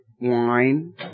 wine